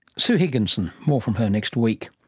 sue higginson. more from her next week.